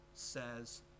Says